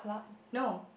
no